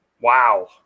Wow